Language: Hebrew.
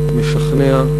משכנע,